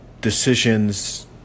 decisions